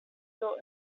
built